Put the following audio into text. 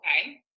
okay